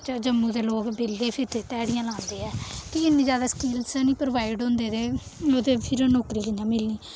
च जम्मू दे लोक बेल्ले फिरदे ध्याड़ियां लांदे ऐ कि इ'न्नी जैदा स्किलस प्रवाइड निं होंदे ते फिर नौकरी कि'यां मिलनी